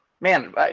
man